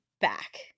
back